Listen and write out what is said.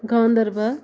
Ganderbal